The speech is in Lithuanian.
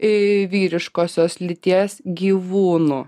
į vyriškosios lyties gyvūnų